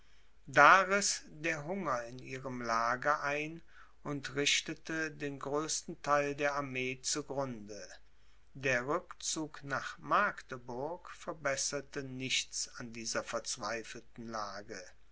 da riß der hunger in ihrem lager ein und richtete den größten theil der armee zu grunde der rückzug nach magdeburg verbesserte nichts an dieser verzweifelten lage